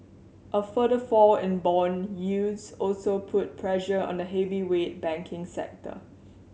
a further fall in bond yields also put pressure on the heavyweight banking sector